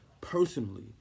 personally